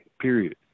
Period